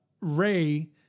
Ray